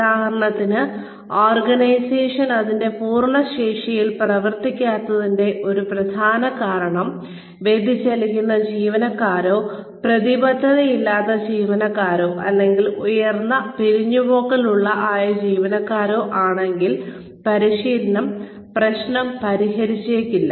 ഉദാഹരണത്തിന് ഓർഗനൈസേഷൻ അതിന്റെ പൂർണ്ണ ശേഷിയിൽ പ്രവർത്തിക്കാത്തതിന്റെ ഒരു പ്രധാന കാരണം വ്യതിചലിക്കുന്ന ജീവനക്കാരോ പ്രതിബദ്ധതയില്ലാത്ത ജീവനക്കാരോ അല്ലെങ്കിൽ ഉയർന്ന പിരിഞ്ഞുപോക്കൽ ഉള്ളതോ ആയ ജീവനക്കാരോ ആണെങ്കിൽ പരിശീലനം പ്രശ്നം പരിഹരിച്ചേക്കില്ല